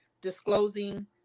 disclosing